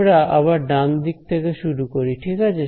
আমরা আবার ডান দিক থেকে শুরু করি ঠিক আছে